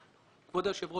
כבוד היושב ראש,